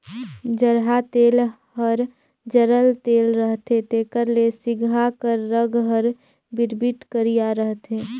जरहा तेल हर जरल तेल रहथे तेकर ले सिगहा कर रग हर बिरबिट करिया रहथे